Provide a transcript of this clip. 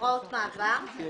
הוראות מעבר,